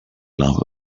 laugh